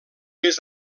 més